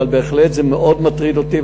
אבל בהחלט זה מאוד מטריד אותי,